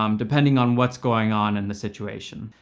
um depending on what's going on in the situation.